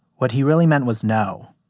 what he really meant was no.